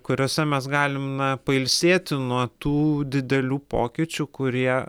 kuriose mes galim na pailsėti nuo tų didelių pokyčių kurie